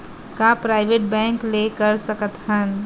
का private bank ले कर सकत हन?